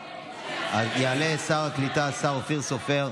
יעלה שר הקליטה, השר אופיר סופר.